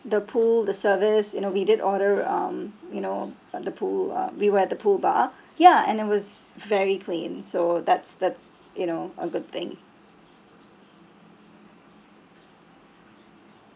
the pool the service you know we did order um you know um the pool um we were at the pool bar ya and it was very clean so that's that's you know a good thing